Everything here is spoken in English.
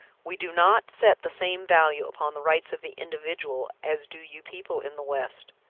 we do not set the same value upon the rights of the individual as do you people in the west.